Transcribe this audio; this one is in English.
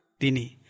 Dini